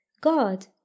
God